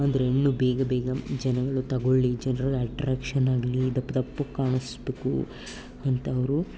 ಅಂದರೆ ಹಣ್ಣು ಬೇಗ ಬೇಗ ಜನಗಳು ತಗೊಳ್ಳಿ ಜನ್ರಿಗೆ ಅಟ್ರಾಕ್ಷನ್ ಆಗಲಿ ದಪ್ಪ ದಪ್ಪಗೆ ಕಾಣಿಸಬೇಕು ಅಂತ ಅವರು